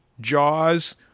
Jaws